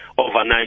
Overnight